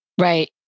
Right